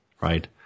right